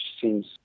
seems